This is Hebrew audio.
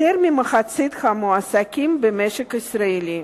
יותר ממחצית המועסקים במשק הישראלי.